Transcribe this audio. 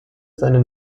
seine